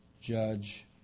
judge